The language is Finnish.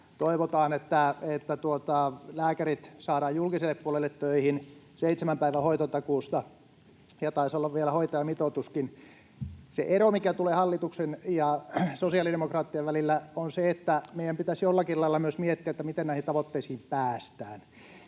toivotaan, että lääkärit saadaan julkiselle puolelle töihin, seitsemän päivän hoitotakuusta puhutaan, ja taisi olla vielä hoitajamitoituskin. Se ero, mikä tulee hallituksen ja sosiaalidemokraattien välillä, on se, että meidän pitäisi jollakin lailla myös miettiä, miten näihin tavoitteisiin päästään.